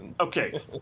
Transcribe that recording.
okay